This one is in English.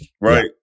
right